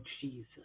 Jesus